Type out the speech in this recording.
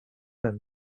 men